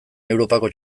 europako